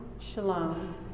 shalom